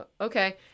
okay